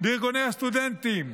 לארגוני הסטודנטים,